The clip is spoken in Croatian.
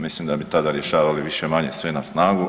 Mislim da bi tada rješavali više-manje sve na snagu.